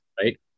right